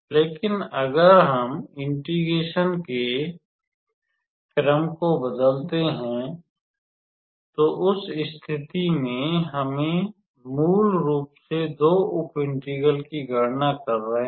लेकिन अगर हम इंटिग्रेशन के क्रम को बदलते हैं तो उस स्थिति में हम मूल रूप से दो उप इंटीग्रल्स की गणना कर रहे हैं